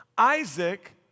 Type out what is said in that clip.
Isaac